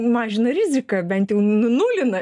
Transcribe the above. mažina riziką bent jau nulina